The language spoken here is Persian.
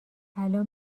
الان